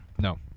No